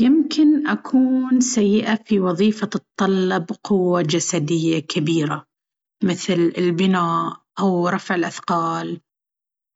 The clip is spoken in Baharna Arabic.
يمكن أكون سيئة في وظيفة تتطلب قوة جسدية كبيرة، مثل البناء أو رفع الأثقال.